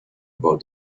about